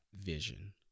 vision